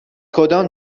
کدام